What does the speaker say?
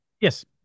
Yes